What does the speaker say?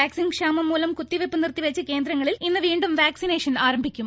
vaccine ക്ഷാമം മൂലം കുത്തിവെയ്പ്പ് നിർത്തിവെച്ച കേന്ദ്രങ്ങളിൽ ഇന്ന് വീണ്ടും വാക്സിനേഷൻ ആരംഭിക്കും